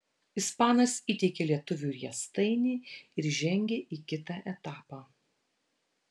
ispanas įteikė lietuviui riestainį ir žengė į kitą etapą